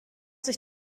hat